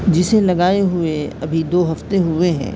جسے لگائے ہوئے ابھی دو ہفتے ہوئے ہیں